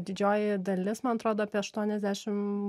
didžioji dalis man atrodo apie aštuoniasdešim